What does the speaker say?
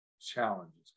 challenges